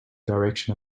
direction